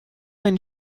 ein